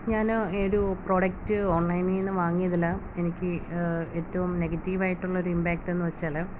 ഞാൻ ഒരു പ്രൊഡക്റ്റ് ഓൺലൈനിൽ നിന്ന് വാങ്ങിയതിൽ എനിക്ക് ഏറ്റവും നെഗറ്റീവ് ആയിട്ടുള്ള ഒരു ഇമ്പാക്റ്റ് എന്നുവെച്ചാൽ